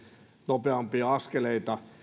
nopeampia askeleita